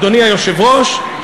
אדוני היושב-ראש,